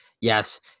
Yes